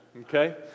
okay